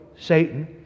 Satan